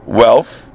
wealth